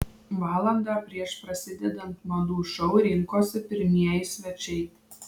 valandą prieš prasidedant madų šou rinkosi pirmieji svečiai